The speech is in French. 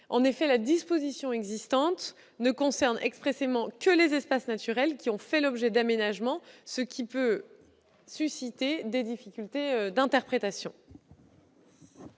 En effet, la disposition existante ne concerne expressément que les espaces naturels ayant fait l'objet d'aménagements, ce qui peut susciter des difficultés d'interprétation.